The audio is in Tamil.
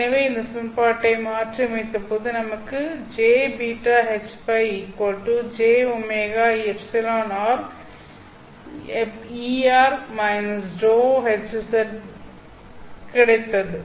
எனவே இந்த சமன்பாட்டை மாற்றியமைத்தபோது நமக்கு jβHϕ jωεrEr δHz got கிடைத்தது